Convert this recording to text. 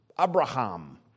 Abraham